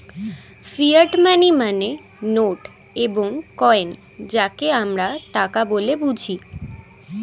fiat money মানে note এবং coin যাকে আমরা টাকা বলে বুঝি